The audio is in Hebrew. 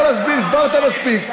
בסדר, אתה יכול להסביר, הסברת מספיק.